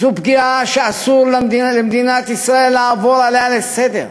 זו פגיעה שאסור למדינת ישראל לעבור עליה לסדר-היום.